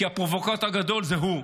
כי הפרובוקטור הגדול זה הוא,